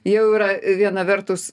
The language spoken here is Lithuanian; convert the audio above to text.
jau yra viena vertus